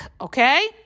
okay